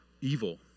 evil